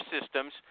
systems